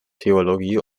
theologie